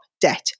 debt